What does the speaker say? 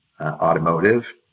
automotive